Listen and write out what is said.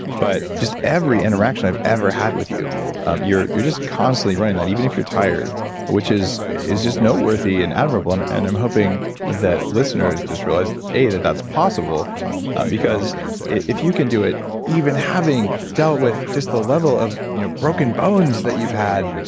but just every interaction i've ever had with you you're you're just constantly running that, even if you're tired which is is just noteworthy and admirable and and i'm hoping that listeners just realized a, that that's possible because if you can do it, even having dealt with just the level of you know broken bones that you've had,